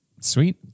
Sweet